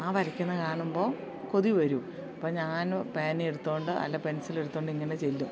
ആ വരയ്ക്കുന്നതു കാണുമ്പോൾ കൊതി വരും അപ്പം ഞാൻ പേനയെടുത്തു കൊണ്ട് അല്ല പെൻസിലെടുത്തു കൊണ്ട് ഇങ്ങനെ ചെല്ലും